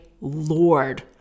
Lord